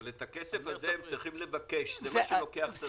אבל את הכסף הזה הם צריכים לבקש וזה לוקח זמן.